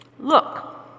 Look